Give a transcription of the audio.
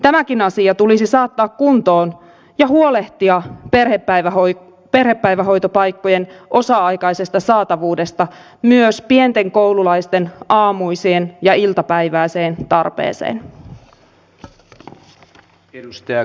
tämäkin asia tulisi saattaa kuntoon ja huolehtia perhepäivähoitopaikkojen osa aikaisesta saatavuudesta myös pienten koululaisten aamuiseen ja iltapäiväiseen tarpeeseen